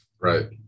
Right